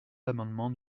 l’amendement